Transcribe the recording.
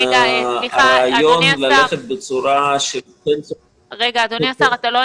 הרעיון ללכת בצורה ש --- אדוני השר,